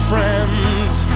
Friends